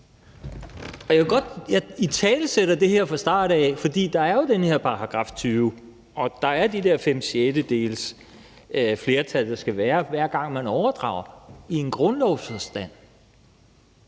glad for EU. Jeg italesætter det her fra start af, for der er jo den her § 20, og der er de der fem sjettedels flertal, som der skal være, hver gang man overdrager kompetence i grundlovens forstand.